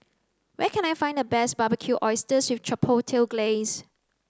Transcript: where can I find the best Barbecued Oysters Chipotle Glaze